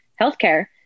healthcare